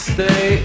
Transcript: Stay